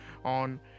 On